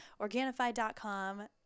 Organifi.com